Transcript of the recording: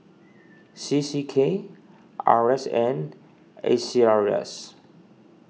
C C K R S N A C R E S